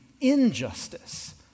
injustice